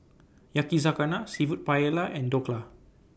Yakizakana Seafood Paella and Dhokla